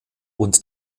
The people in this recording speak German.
und